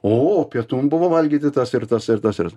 o pietum buvo valgyti tas ir tas ir tas ir